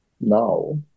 now